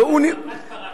זו מכת ברק, אתה מתכוון.